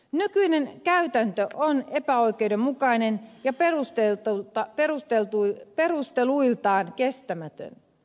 nykyinen käytäntö on epäoikeudenmukainen ja perusteluiltaan kestämätön